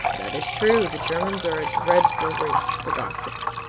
that is true the germans are a dreadful race for gossip.